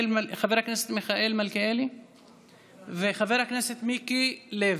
חבר הכנסת מיכאל מלכיאלי וחבר הכנסת מיקי לוי,